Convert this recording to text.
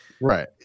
right